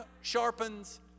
sharpens